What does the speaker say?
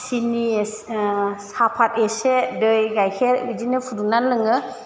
सिनि एस साफाद एसे दै गाइखेर बिदिनो फुदुंनानै लोङो